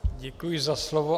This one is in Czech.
Děkuji za slovo.